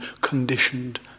conditioned